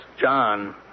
John